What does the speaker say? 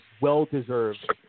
well-deserved